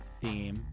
theme